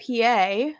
PA